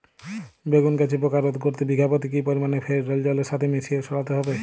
বেগুন গাছে পোকা রোধ করতে বিঘা পতি কি পরিমাণে ফেরিডোল জলের সাথে মিশিয়ে ছড়াতে হবে?